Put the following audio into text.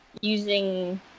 using